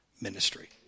ministry